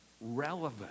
relevant